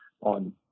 on